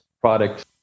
products